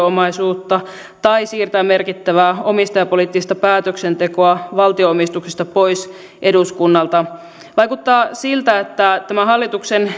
omaisuutta tai siirtää merkittävää omistajapoliittista päätöksentekoa valtio omistuksesta pois eduskunnalta vaikuttaa siltä että tämä hallituksen